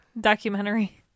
documentary